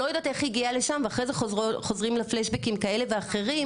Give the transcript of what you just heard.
לא יודעת איך היא הגיעה לשם ואחרי זה חוזרים לה פלשבקים כאלה ואחרים,